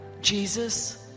Jesus